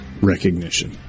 recognition